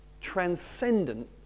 transcendent